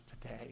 today